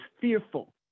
fearful